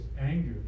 anger